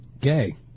gay